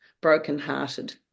brokenhearted